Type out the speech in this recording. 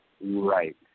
Right